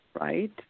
right